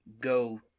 go